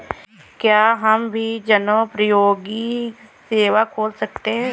क्या हम भी जनोपयोगी सेवा खोल सकते हैं?